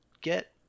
get